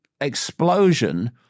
explosion